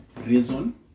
reason